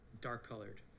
Dark-colored